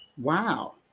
Wow